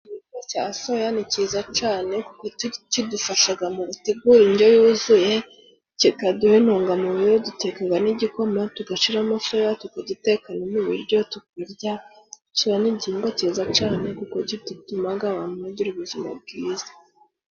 Igihingwa cya soya ni cyiza cyane kuko kidufasha mu gutegure indyo yuzuye. Kikaduha intungamubiri. Duteka n'igikoma tugashyiramo soya, tukayiteka no mu biryo tukarya. Soya ni igihingwa cyiza cyane, kuko gituma abantu bagira ubuzima bwiza.